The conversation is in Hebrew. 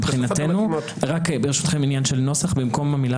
רק ברשותכם עניין נוסח במקום המילה